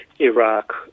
Iraq